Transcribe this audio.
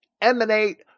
emanate